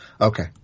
okay